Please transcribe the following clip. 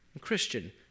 Christian